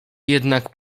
jednak